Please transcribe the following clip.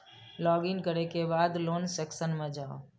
log in करै के बाद लोन सेक्शन मे जाउ